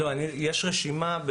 יש רשימה.